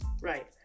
Right